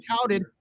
touted